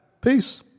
Peace